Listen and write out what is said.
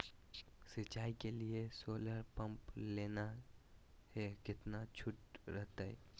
सिंचाई के लिए सोलर पंप लेना है कितना छुट रहतैय?